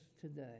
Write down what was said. today